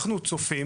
אנחנו צופים